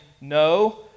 no